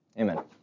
Amen